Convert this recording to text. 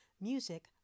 Music